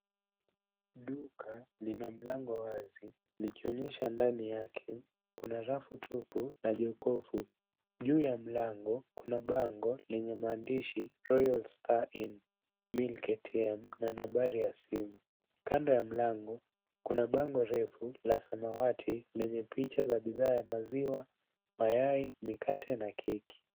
Duka lina mlango wazi likionyesha ndani yake. Kuna rafu tupu na jokofu. Juu ya mlango kuna bango lenye maandishi Royal Star Inn Milk ATM na nambari ya simu. Kando ya mlango kuna bango refu la samawati lenye picha za bidhaa ya maziwa, mayai mikate na keki.